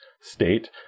state